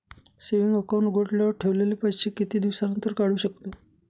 Saving account उघडल्यावर ठेवलेले पैसे किती दिवसानंतर काढू शकतो?